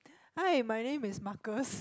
hi my name is Marcus